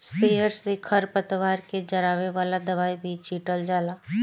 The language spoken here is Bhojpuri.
स्प्रेयर से खर पतवार के जरावे वाला दवाई भी छीटल जाला